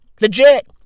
Legit